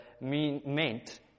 meant